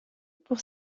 pour